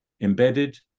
embedded